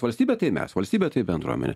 valstybė tai mes valstybė tai bendruomenė